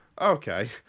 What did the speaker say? Okay